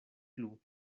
plu